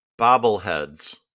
Bobbleheads